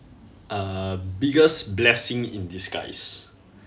uh biggest blessing in disguise